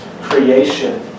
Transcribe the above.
creation